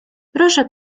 proszę